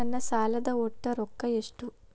ನನ್ನ ಸಾಲದ ಒಟ್ಟ ರೊಕ್ಕ ಎಷ್ಟು?